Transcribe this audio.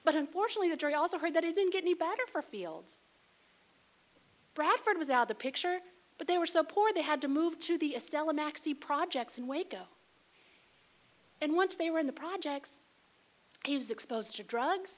but unfortunately the jury also heard that it didn't get any better for fields bradford was out of the picture but they were so poor they had to move to the a stella maxi projects in waco and once they were in the projects he was exposed to drugs